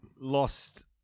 Lost